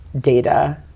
data